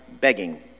begging